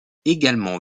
également